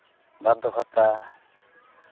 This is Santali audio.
ᱵᱟᱨᱫᱷᱚ ᱵᱷᱟᱛᱟ